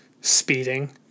speeding